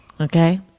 okay